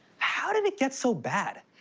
how did it get so bad?